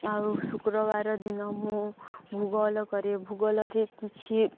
ଆଉ ଶୁକ୍ରବାର ଦିନ ମୁଁ ଭୂଗୋଳ କରେ ଭୂଗୋଳରେ କିଛି